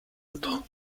autre